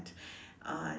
uh